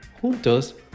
Juntos